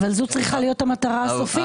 אבל זו צריכה להיות המטרה הסופית,